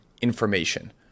information